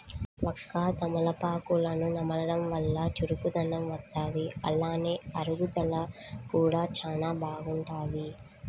వక్క, తమలపాకులను నమలడం వల్ల చురుకుదనం వత్తది, అలానే అరుగుదల కూడా చానా బాగుంటది